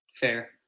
fair